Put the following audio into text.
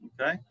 okay